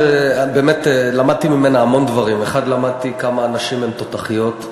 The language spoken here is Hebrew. באמת למדתי ממנה המון דברים: 1. למדתי כמה הנשים הן תותחיות,